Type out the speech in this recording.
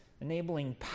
enabling